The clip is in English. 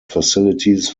facilities